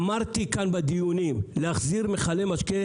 אמרתי כאן בדיונים: להחזיר מכלי משקה,